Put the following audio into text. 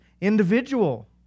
individual